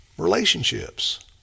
Relationships